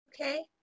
Okay